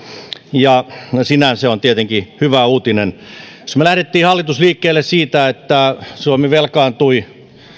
ja sinänsä se on tietenkin hyvä uutinen me hallituksessa lähdimme liikkeelle siitä että suomi velkaantui